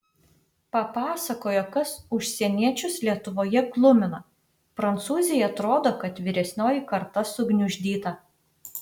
papasakojo kas užsieniečius lietuvoje glumina prancūzei atrodo kad vyresnioji karta sugniuždyta